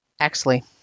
Axley